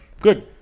good